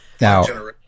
Now